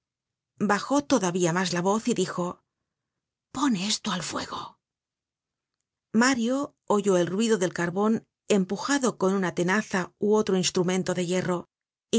bajó todavía mas la voz y dijo pon esto al fuego mario oyó el ruido del carbon empujado con una tenaza ú otro instrumento de hierro y